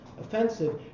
offensive